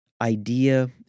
idea